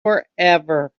forever